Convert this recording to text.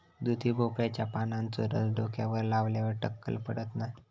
दुधी भोपळ्याच्या पानांचो रस डोक्यावर लावल्यार टक्कल पडत नाय